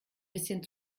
bisschen